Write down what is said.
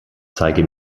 zeige